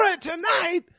tonight